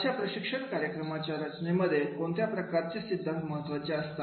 अशा प्रशिक्षण कार्यक्रमाच्या रचनेमध्ये कोणत्या प्रकारचे सिद्धांत महत्त्वाचे असतात